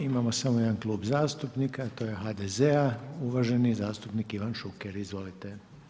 Imamo samo 1 Klub zastupnika a to je HDZ-a, uvaženi zastupnik Ivan Šuker, izvolite.